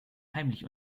heimlich